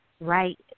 right